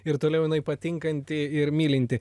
ir toliau jinai patinkanti ir mylinti